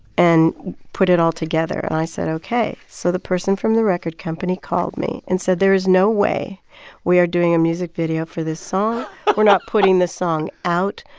and put it all together. and i said, ok. so the person from the record company called me and said, there is no way we are doing a music video for this song we're not putting this song out.